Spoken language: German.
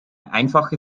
einfache